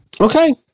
Okay